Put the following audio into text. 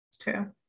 True